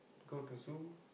go to zoo